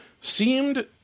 seemed